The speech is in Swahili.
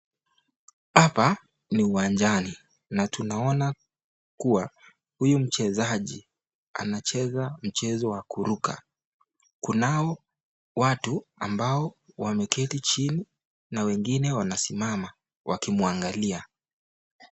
Hapa ni uwanjani na tunaona kuwa huyu mchezaji anacheza mchezo wa kuruka. Kunao watu ambao wameketi chini na wengine wanasimama wakimwangalia.